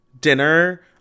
dinner